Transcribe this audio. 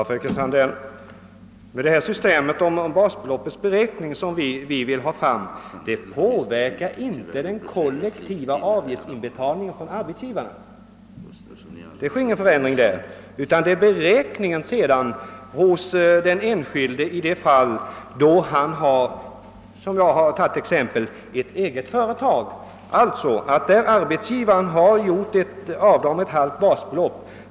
Herr talman! Det system för basbeloppets beräkning som vi vill ha till stånd påverkar inte, fröken Sandell, den kollektiva avgiftsinbetalningen från arbetsgivarna. Därvidlag sker ingen förändring, utan vi syftar i första hand på de fall då — som jag givit exempel på — vederbörande har ett eget företag men en arbetsgivare gjort avdrag med låt mig säga ett halvt basbelopp.